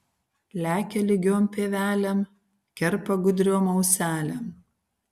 lekia lygiom pievelėm kerpa gudriom auselėm